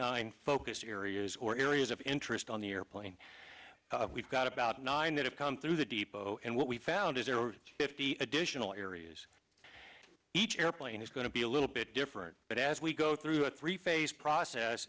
nine focus areas or areas of interest on the airplane we've got about nine that have come through the depot and what we found is there are fifty additional areas each airplane is going to be a little bit different but as we go through a three phase process